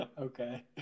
Okay